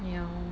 ya